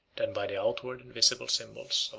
than by the outward and visible symbols